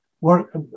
work